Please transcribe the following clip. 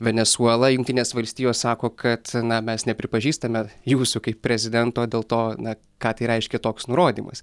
venesuelą jungtinės valstijos sako kad na mes nepripažįstame jūsų kaip prezidento dėl to na ką tai reiškia toks nurodymas